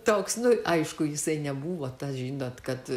toks nu aišku jisai nebuvo tas žinot kad